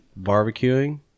barbecuing